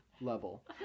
level